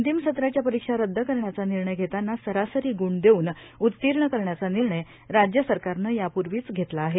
अंतिम सत्राच्या परीक्षा रद्द करण्याचा निर्णय घेताना सरासरी ग्ण देऊन उत्तीर्ण करण्याचा निर्णय राज्य सरकारनं यापूर्वीच घेतला आहे